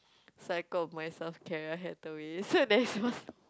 so I called myself Kara-Hathaway so